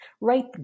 write